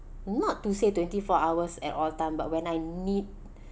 not to say twenty four hours at all time but when I need